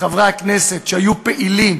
לחברי הכנסת שהיו פעילים